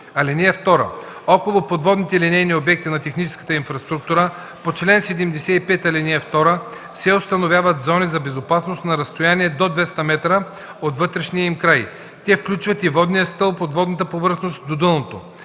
(2) Около подводните линейни обекти на техническата инфраструктура по чл. 75, ал. 2 се установяват зони за безопасност на разстояние до 200 м от външния им край. Те включват и водния стълб от водната повърхност до дъното.